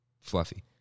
fluffy